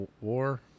War